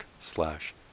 slash